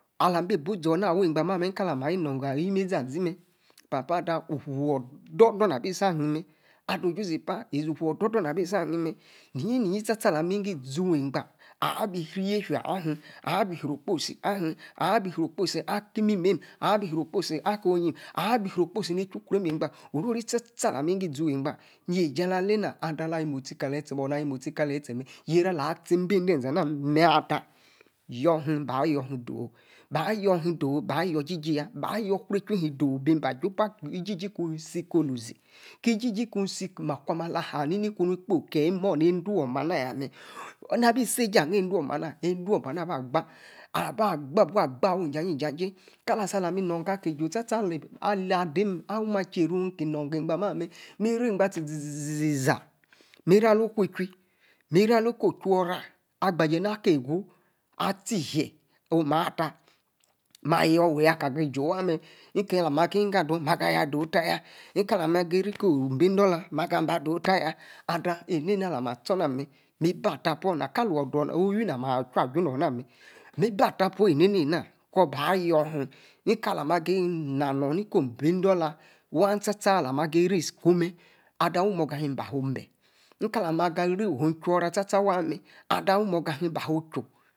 Alah-ma bi bu zona. awey gba mamer kalimi inogo ayi-imezi. azi. mer papa. ada. ufu-ododor na bi-si ahim. ada. ji-zi-epa. ododor. na bi sayi mer. nini. sta-sta. alahi. mi awey niggo. izu. egba. abi-riy-yefia ahim. abi riy okposi ahim abi. riy. okposi. akim. imimen. abia riey okposi akonyim. abi riey. okposi. niku-kromi egba orofi sta-sta. alah. mi niggo. izu. egba yip-jie alah. lena ada. alah. yie mostie. kaletie. orr na ayie-mostie. kaletie mer. yeru-alah tiem b ende-ezee ana mer. ada. yor him aba yor. aba yor hin doo. abayor him. doo. bacyor. jejie. yaa-ba-yor. kre-chu him. doo. bi ba. jupa. ijeji. kunu si. ko-lo-zi. ki jijie si ki ma kwa ma alah-ni-ni. kunu. kpoyi kie. endow manaya mer. nabi. si-esie. ah. ende-womana. womana-aba. baa. aba ba ibu baa. awu. ija ji-jay kala-asa lami. enogor aki. eju. sta-sta. alah ada mim. acheru nki nogor. ebs. ma-mer. mi ri-igba-tie-izi-zi-zaa. mi-ra oloku-ichwi mi-ra. aloku ochora. agba-je naka evu-atie. e-hie. oh maa ta ma. yor wey aki ju waa-mer nikeyi alah ma ki. niggo acloo ma ayor adoo taya. kalah ma. agiri. niko obi-idola. ma doo. taya. ada enena na-ma stor na mer mi-bi ata-puu. owi. na-ma-aha. achu. aju-nu. na mer. mi-bi aa-puu orr anena kor. ba yor. him nikalah. ma geyi a him nanpr iri. ikume. ada morga. him mba fuu. beem nkalah. magi-iri oh-him. chora waa. sta-sta mer mba fuu chu